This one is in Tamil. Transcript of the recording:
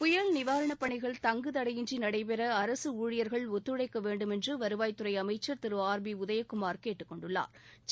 புயல் நிவாரணப் பணிகள் தங்குதடையின்றி நடைபெற அரசு ஊழியர்கள் ஒத்துழைக்க வேண்டும் என்று வருவாய்த் துறை அமைச்ச் திரு ஆர் பி உதயகுமாா் கேட்டுக்கொண்டுள்ளாா்